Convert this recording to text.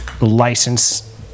license